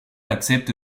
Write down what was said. accepte